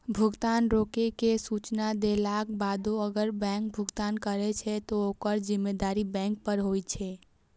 भुगतान रोकै के सूचना देलाक बादो अगर बैंक भुगतान करै छै, ते ओकर जिम्मेदारी बैंक पर होइ छै